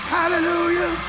Hallelujah